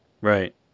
Right